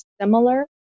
similar